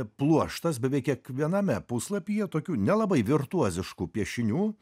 pluoštas beveik kiekviename puslapyje tokių nelabai virtuoziškų piešinių